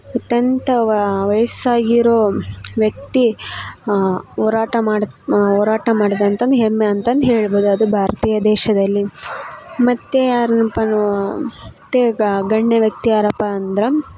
ಅತ್ಯಂತ ವಯಸ್ಸಾಗಿರೋ ವ್ಯಕ್ತಿ ಹೋರಾಟ ಮಾಡತ್ ಹೋರಾಟ ಮಾಡಿದ ಅಂತಂದು ಹೆಮ್ಮೆ ಅಂತಂದು ಹೇಳ್ಬೋದು ಅದು ಭಾರತೀಯ ದೇಶದಲ್ಲಿ ಮತ್ತು ಯಾರಂತ ಮತ್ತು ಗಣ್ಯ ವ್ಯಕ್ತಿ ಯಾರಪ್ಪ ಅಂದರ